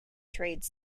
trade